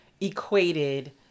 equated